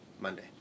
Monday